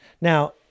Now